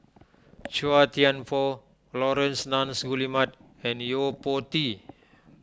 Chua Thian Poh Laurence Nunns Guillemard and Yo Po Tee